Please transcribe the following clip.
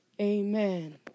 Amen